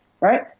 Right